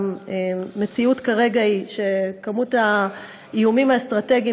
המציאות כרגע היא שכמות האיומים האסטרטגיים